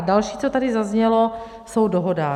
Další, co tady zaznělo, jsou dohodáři.